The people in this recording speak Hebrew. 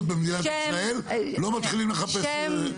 במדינת ישראל לא מתחילים לחפש --- נכון,